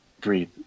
breathe